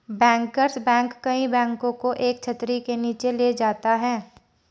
bankers bank कई बैंकों को एक छतरी के नीचे ले जाता है